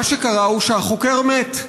מה שקרה הוא שהחוקר מת.